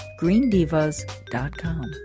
greendivas.com